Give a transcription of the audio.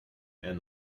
and